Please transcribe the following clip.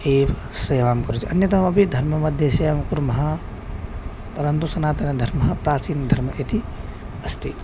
एव सेवां करोति अन्यतमपि धर्ममध्ये सेवां कुर्मः परन्तु सनातनधर्मः प्राचीनधर्मः इति अस्ति